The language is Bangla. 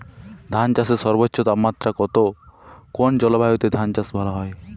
ধান চাষে সর্বোচ্চ তাপমাত্রা কত কোন জলবায়ুতে ধান চাষ ভালো হয়?